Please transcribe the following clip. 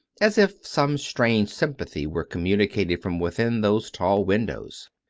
as if some strange sympathy were communicated from within those tall windows.